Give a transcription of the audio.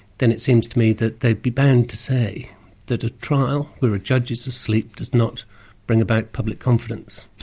then it seems to me that they'd be bound to say that a trial where a judge is asleep does not bring about public confidence.